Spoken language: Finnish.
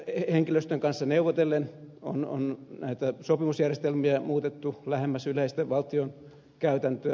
henkilöstön kanssa neuvotellen on näitä sopimusjärjestelmiä muutettu lähemmäs yleistä valtion käytäntöä